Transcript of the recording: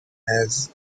has